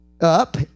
up